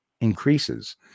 increases